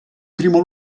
primo